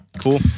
cool